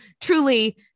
truly